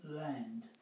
land